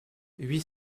huit